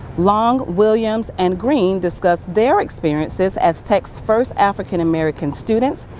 long, williams and greene discuss their experiences as tech's first african american students.